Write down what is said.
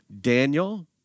Daniel